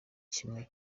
kimwe